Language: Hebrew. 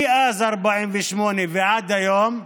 מאז 1948 ועד היום,